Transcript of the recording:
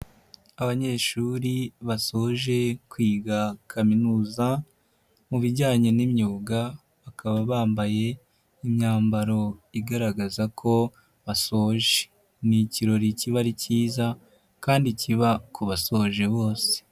Abanyeshuri basoje kwiga kaminuza mu bijyanye n'imyuga bakaba bambaye imyambaro igaragaza ko basoje, ni ikirori kiba ari kiza kandi kiba ku basoje bose.